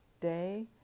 day